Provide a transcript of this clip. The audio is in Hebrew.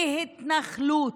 בעולם כהתנחלות.